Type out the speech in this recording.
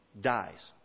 dies